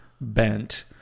bent